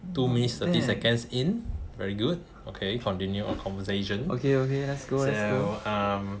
two minutes thirty seconds in very good okay continue our conversation so um